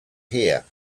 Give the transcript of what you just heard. here